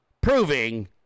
proving